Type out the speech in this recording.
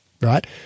right